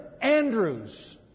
Andrews